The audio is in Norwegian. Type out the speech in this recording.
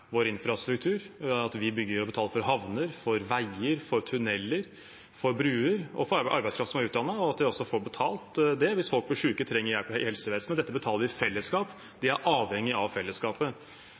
infrastruktur, at vi bygger og betaler for havner, veier, tuneller, bruer og for arbeidskraft som er utdannet, og at de også får betalt hvis folk blir syke og trenger hjelp i helsevesenet. Dette betaler vi i fellesskap.